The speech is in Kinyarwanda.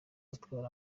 atwara